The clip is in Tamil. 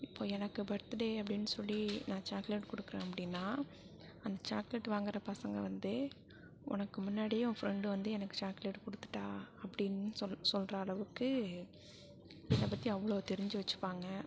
இப்போ எனக்கு பர்த்டே அப்படின்னு சொல்லி நான் சாக்லேட் கொடுக்குறேன் அப்படின்னா அந்த சாக்லேட் வாங்குற பசங்க வந்து உனக்கு முன்னாடியே உன் ஃப்ரெண்டு வந்து எனக்கு சாக்லேட் கொடுத்துட்டா அப்படின்னு சொல் சொல்லுற அளவுக்கு என்ன பற்றி அவ்வளோ தெரிஞ்சு வச்சுப்பாங்க